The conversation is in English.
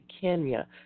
Kenya